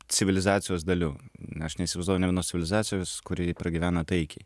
civilizacijos dalių aš neįsivaizduoju nė vienos civilizacijos kuri pragyvena taikiai